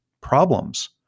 problems